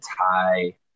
tie